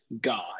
God